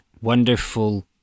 wonderful